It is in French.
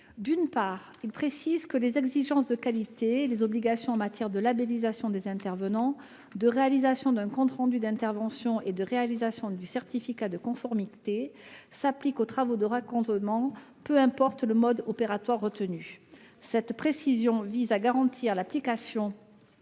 il tend à préciser que les exigences de qualité et les obligations de labellisation des intervenants, de réalisation d'un compte rendu d'intervention et de remise d'un certificat de conformité s'appliquent aux travaux de raccordement, peu importe le mode opératoire retenu. Cette précision a pour objet de garantir l'application